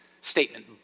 statement